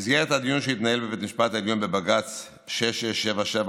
במסגרת הדיון שהתנהל בבית המשפט העליון בבג"ץ 6677/19